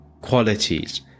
qualities